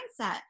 mindset